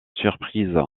surprise